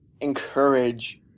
encourage